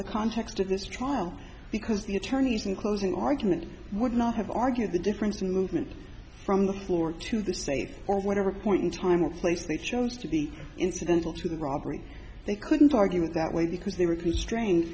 the context of this trial because the attorneys in closing argument would not have argued the difference in movement from the floor to the space or whatever point in time or place they chose to be incidental to the robbery they couldn't argue it that way because they were constrained